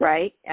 Right